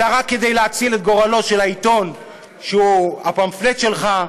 אלא רק כדי להציל את גורלו של העיתון שהוא הפמפלט שלך,